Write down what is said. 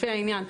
לפי העניין,